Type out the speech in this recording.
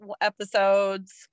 episodes